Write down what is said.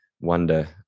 wonder